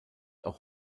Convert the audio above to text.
auch